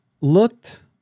Looked